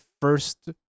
first